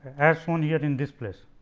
as shown here in this place.